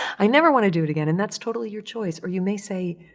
i never wanna do it again, and that's totally your choice. or you may say,